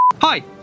Hi